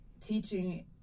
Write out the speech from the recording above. teaching